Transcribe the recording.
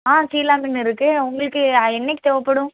ஆ சீலா மீன் இருக்குது உங்களுக்கு என்றைக்கு தேவைப்படும்